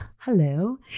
Hello